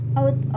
out